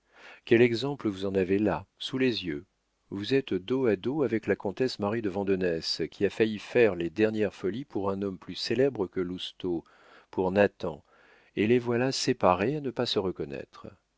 quel exemple vous en avez là sous les yeux vous êtes dos à dos avec la comtesse marie de vandenesse qui a failli faire les dernières folies pour un homme plus célèbre que lousteau pour nathan et les voilà séparés à ne pas se reconnaître